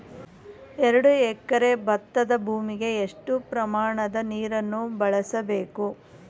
ಎರಡು ಎಕರೆ ಭತ್ತದ ಭೂಮಿಗೆ ಎಷ್ಟು ಪ್ರಮಾಣದ ನೀರನ್ನು ಬಳಸಬೇಕು?